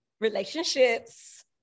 Relationships